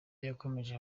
yakomeje